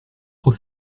trop